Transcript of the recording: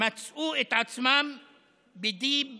ומצאו את עצמן בדיפ חארטה.